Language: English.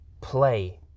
play